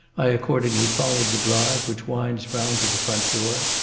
i accordingly followed the drive which winds round to the front door.